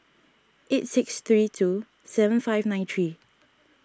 eight six three two seven five nine three